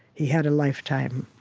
he had a lifetime